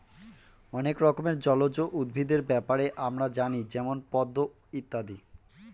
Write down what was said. অনেক রকমের জলজ উদ্ভিদের ব্যাপারে আমরা জানি যেমন পদ্ম ইত্যাদি